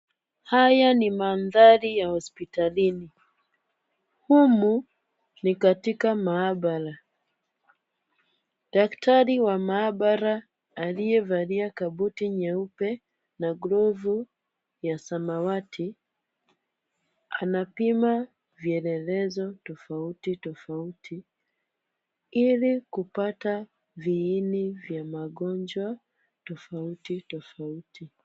Haya ni mandhari ya hospitalini. Humu ni katika maabara. Daktari wa maabara aliyevalia kabuti nyeupe na glovu ya samawati, anapima vielelezo tofauti tofauti ili kupata viini vya magonjwa tofauti tofauti.